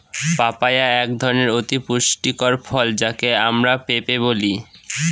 papaya একধরনের অতি পুষ্টিকর ফল যাকে আমরা পেঁপে বলি